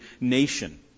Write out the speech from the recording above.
nation